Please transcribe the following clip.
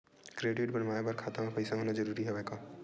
Credit बनवाय बर खाता म पईसा होना जरूरी हवय का?